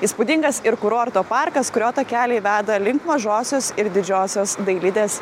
įspūdingas ir kurorto parkas kurio takeliai veda link mažosios ir didžiosios dailidės